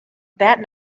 that